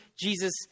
Jesus